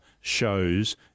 shows